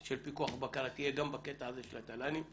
של פיקוח ובקרה תהיה גם בקטע הזה של התל"נים,